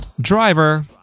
Driver